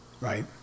Right